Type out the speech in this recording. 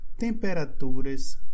temperaturas